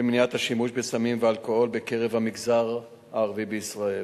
למניעת השימוש בסמים ואלכוהול במגזר הערבי בישראל.